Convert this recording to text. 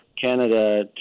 Canada